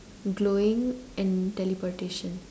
glowing and teleportation